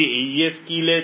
તે AES key લે છે